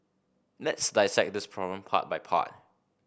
let's dissect this problem part by part